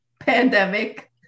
pandemic